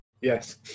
yes